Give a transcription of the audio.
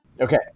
Okay